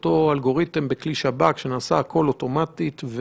לצוותים רפואיים ולאנשים שעוסקים במאבק בקורונה יש גישה ישירה